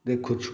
ଦେଖୁଛୁ